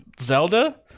Zelda